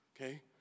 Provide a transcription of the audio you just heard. okay